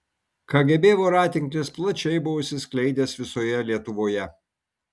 kgb voratinklis plačiai buvo išsiskleidęs visoje lietuvoje